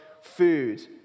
food